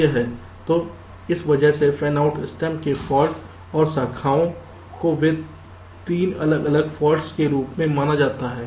तो इस वजह से फैनआउट स्टेम के फाल्ट और शाखाओं को वे 3 अलग अलग फॉल्ट्स के रूप में माना जाता है